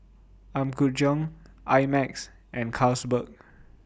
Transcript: Apgujeong I Max and Carlsberg